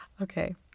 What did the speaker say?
Okay